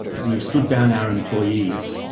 we've stood down our employees